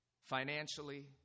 financially